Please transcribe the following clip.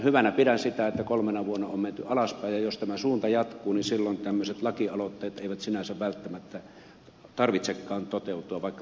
hyvänä pidän sitä että kolmena vuonna on menty alaspäin ja jos tämä suunta jatkuu silloin tämmöisten lakialoitteiden ei sinänsä välttämättä tarvitsekaan toteutua vaikka ne hyviä ovatkin